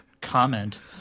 comment